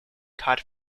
cod